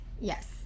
yes